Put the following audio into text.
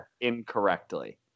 incorrectly